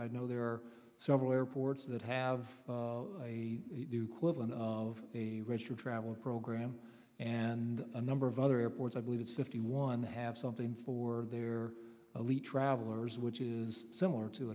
i know there are several airports that have a quibble and of a range for travel program and a number of other airports i believe it's fifty one have something for their elite travelers which is similar to